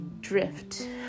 drift